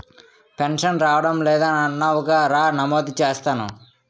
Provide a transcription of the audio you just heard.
pension రావడం లేదని అన్నావుగా రా నమోదు చేస్తాను